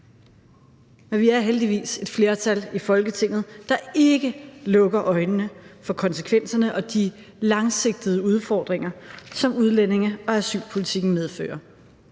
vi er heldigvis et flertal i Folketinget, der ikke lukker øjnene for konsekvenserne og de langsigtede udfordringer, som udlændinge- og asylpolitikken medfører.